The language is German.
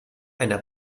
einer